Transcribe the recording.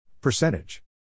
Percentage